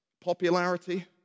Popularity